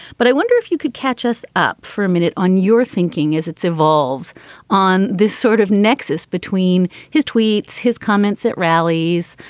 but i wonder if you could catch us up for a minute on your thinking as its evolves on this sort of nexus between his tweets, his comments at rallies,